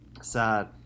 sad